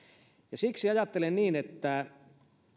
siksi ajattelen niin että